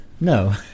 no